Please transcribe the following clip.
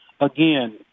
Again